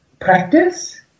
practice